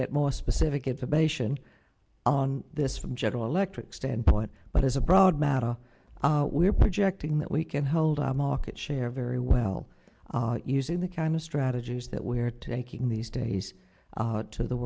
get more specific it's a bastion on this from general electric standpoint but as a broad matter we're projecting that we can hold our market share very well using the kind of strategies that we're taking these days to the